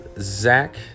Zach